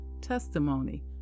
testimony